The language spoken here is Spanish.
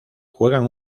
juegan